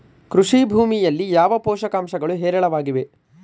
ಕೃಷಿ ಭೂಮಿಯಲ್ಲಿ ಯಾವ ಪೋಷಕಾಂಶಗಳು ಹೇರಳವಾಗಿವೆ?